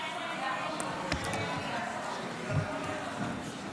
לאומי-אזרחי במוסדות להשכלה